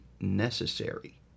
necessary